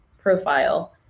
profile